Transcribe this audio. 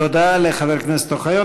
תודה לחבר הכנסת אוחיון.